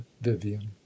vivian